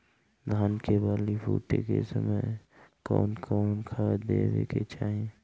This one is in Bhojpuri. धान के बाली फुटे के समय कउन कउन खाद देवे के चाही?